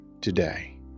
today